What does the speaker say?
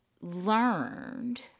learned